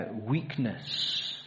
weakness